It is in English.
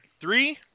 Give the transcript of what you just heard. Three